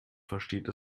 versteht